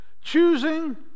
choosing